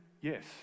yes